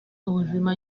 ubuzima